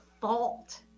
fault